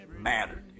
mattered